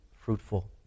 fruitful